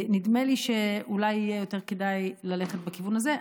נדמה לי שאולי יהיה יותר כדאי ללכת לכיוון הזה,